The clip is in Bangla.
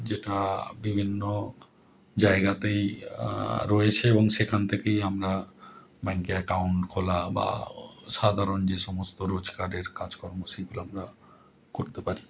যেটা বিভিন্ন জায়গাতেই রয়েছে এবং সেখান থেকেই আমরা ব্যাঙ্কে অ্যাকাউন্ট খোলা বা সাধারণ যে সমস্ত রোজকার কাজকর্ম সেগুলো আমরা করতে পারি